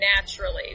naturally